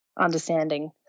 understanding